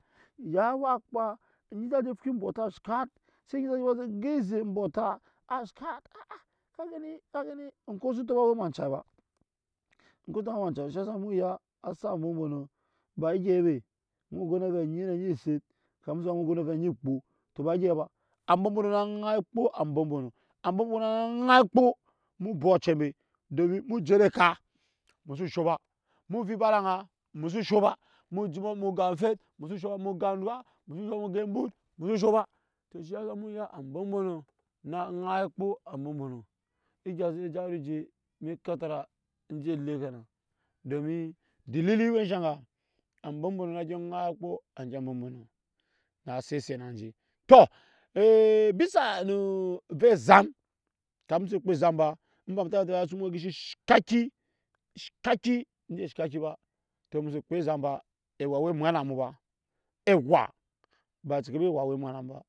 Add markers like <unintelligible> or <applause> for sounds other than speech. Ya wa kpaa mbe ambe je kpaa ebota a shat ambe sa je go eze enbota a shat. ah ka gani ka gani <unintelligible> mu ya asak ambɔ mbono ba egei musu an karar mu go na avɛ emi kpo to ba egei ba ambɔ mbɔnɔ wa nai akpo ambɔ mbɔnɔ ambɔmbono a dai a kpo nu obk acɛ mbo vii ba ede anga musu sha bamu jima mu mu gan enfet musus ssha bamu enbut musu sho ba to shiasa mu ya ambɔɔmbɔnɔ egya sini ejara oje ne ekatara enje ele ke na domi dilili ewe enshe aga ambɔ mbono na set eset nan je to <hesitation> bisa nu ovɛ ezam kani musu kpaa ezam ba enba tabta osu nu gishi shaki shaki enje eshaki ba tɔ musu no kpaa ezam baa ewa we nwɛt na mu ba ewa ba ecekebi ewa we nwet na mu ba